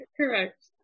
correct